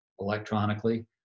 electronically